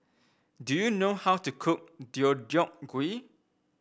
do you know how to cook Deodeok Gui